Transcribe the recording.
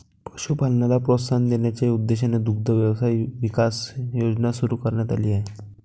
पशुपालनाला प्रोत्साहन देण्याच्या उद्देशाने दुग्ध व्यवसाय विकास योजना सुरू करण्यात आली आहे